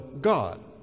God